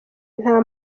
nta